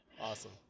Awesome